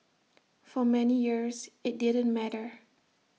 for many years IT didn't matter